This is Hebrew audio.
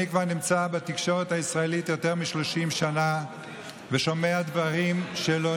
אני נמצא בתקשורת הישראלית יותר מ-30 שנה ושומע דברים שלא